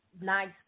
nice